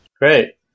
Great